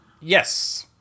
yes